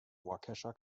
waukesha